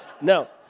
no